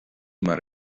mar